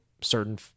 certain